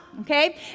okay